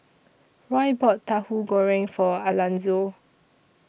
Roy bought Tahu Goreng For Alanzo